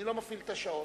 אני לא מפעיל את השעון.